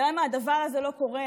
היא למה הדבר הזה לא קורה,